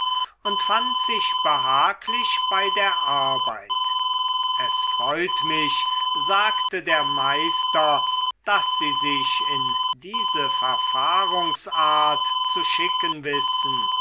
und fand sich behaglich bei der arbeit es freut mich sagte der meister daß sie sich in diese verfahrungsart zu schicken wissen